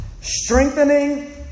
strengthening